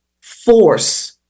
force